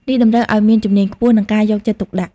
នេះតម្រូវឱ្យមានជំនាញខ្ពស់ និងការយកចិត្តទុកដាក់។